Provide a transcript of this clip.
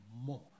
more